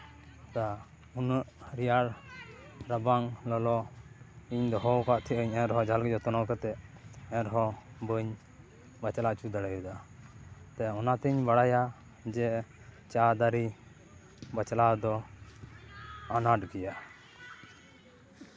ᱩᱱᱟᱹᱜ ᱨᱮᱭᱟᱲ ᱨᱟᱵᱟᱝ ᱞᱚᱞᱚ ᱤᱧ ᱫᱚᱦᱚᱣ ᱠᱟᱜ ᱛᱟᱦᱮᱱᱤᱧ ᱮᱱᱨᱮᱦᱚᱸ ᱡᱟᱦᱟᱱᱞᱮᱠᱟ ᱡᱚᱛᱱᱚ ᱠᱟᱛᱮᱫ ᱮᱱᱨᱮᱦᱚᱸ ᱵᱟᱹᱧ ᱵᱟᱪᱞᱟᱣ ᱦᱚᱪᱚ ᱫᱟᱲᱮᱭᱟᱫᱟ ᱚᱱᱟᱛᱤᱧ ᱵᱟᱲᱟᱭᱟ ᱡᱮ ᱪᱟ ᱫᱟᱨᱮ ᱵᱟᱪᱞᱟᱣ ᱫᱚ ᱟᱱᱟᱴ ᱜᱮᱭᱟ